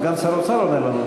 סגן שר האוצר עונה לנו.